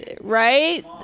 right